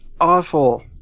awful